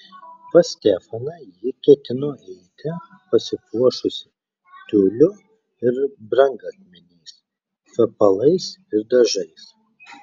pas stefaną ji ketino eiti pasipuošusi tiuliu ir brangakmeniais kvepalais ir dažais